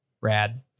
Rad